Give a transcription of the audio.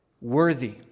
worthy